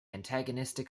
antagonistic